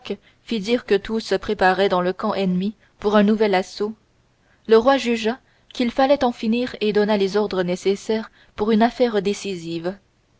dire que tout se préparait dans le camp ennemi pour un nouvel assaut le roi jugea qu'il fallait en finir et donna les ordres nécessaires pour une affaire décisive